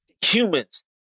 humans